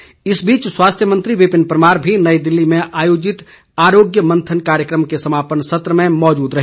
परमार इस बीच स्वास्थ्य मंत्री विपिन परमार भी नई दिल्ली में आयोजित आरोग्य मंथन कार्यक्रम के समापन सत्र में मौजूद रहे